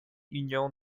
union